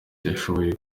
yashoboye